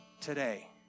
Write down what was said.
Today